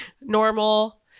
normal